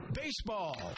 baseball